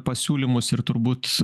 pasiūlymus ir turbūt